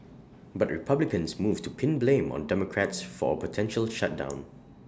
but republicans moved to pin blame on democrats for A potential shutdown